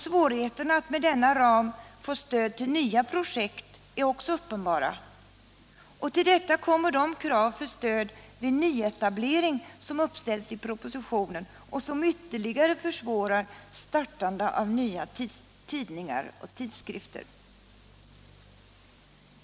Svårigheterna att med denna ram få stöd till nya projekt är också uppenbara. Till det kommer de krav som uppställs i propositionen för stöd vid nyetablering och som ytterligare försvårar startande av nya tidningar och tidskrifter.